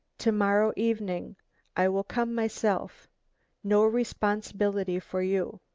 to-morrow evening i will come myself no responsibility for you